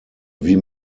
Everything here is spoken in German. wie